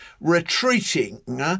retreating